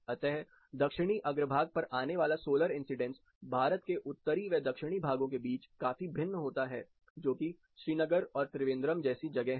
अतः दक्षिणी अग्रभाग पर आने वाला सोलर इंसीडेंस भारत के उत्तरी व दक्षिणी भागों के बीच काफी भिन्न होता हैं जैसे कि श्रीनगर और त्रिवेंद्रम है